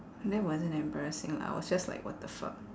that wasn't embarrassing lah I was just like what the fuck